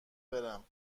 برم